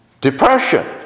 depression